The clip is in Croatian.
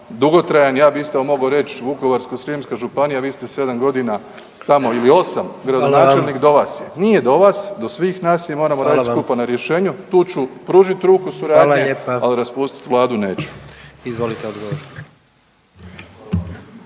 dugotrajan, ja bi isto moga reć Vukovarsko-srijemska županija vi ste 7.g. tamo ili 8 gradonačelnik do vas je, nije do vas, do svih nas je i moram radit skupa na rješenju. Tu ću pružit ruku suradnje, al raspustit vladu neću. **Jandroković,